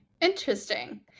interesting